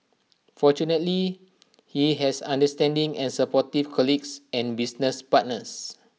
fortunately he has understanding and supportive colleagues and business partners